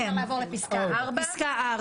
אפשר לעבור לפסקה (4)